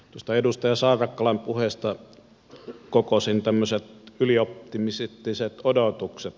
tuosta edustaja saarakkalan puheesta kokosin tämmöiset ylioptimistiset odotukset